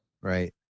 Right